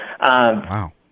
Wow